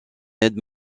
aide